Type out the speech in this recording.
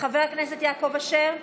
חבר הכנסת יעקב אשר,